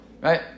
right